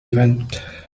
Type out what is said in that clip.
event